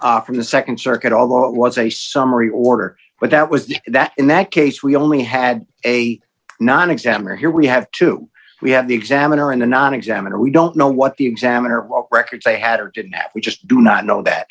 read from the nd circuit although it was a summary order but that was the that in that case we only had a non exam or here we have two we have the examiner in the non examiner we don't know what the examiner what records they had or did we just do not know that